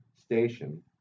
Station